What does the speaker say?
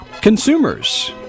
consumers